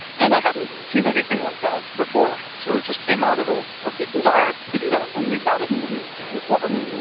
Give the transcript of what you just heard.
and i hadn't seen anything like that before. so it just came out of a ah big desire to do that, and we've got it and it's wonderful.